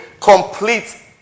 complete